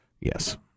Yes